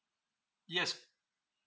yes